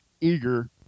eager